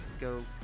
go